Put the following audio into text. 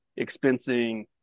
expensing